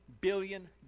billion